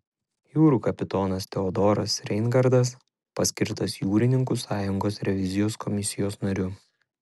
jūrų kapitonas teodoras reingardas paskirtas jūrininkų sąjungos revizijos komisijos nariu